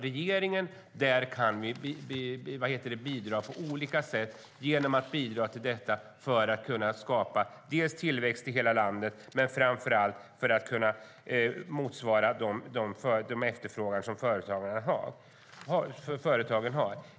Regeringen kan bidra på olika sätt genom att bidra till att skapa tillväxt i hela landet men framför allt genom att svara på den efterfråga företagen har.